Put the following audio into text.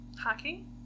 Hockey